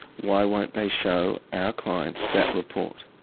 why won't they show our clients that report?